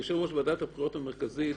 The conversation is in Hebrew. יושב-ראש ועדת הבחירות המרכזית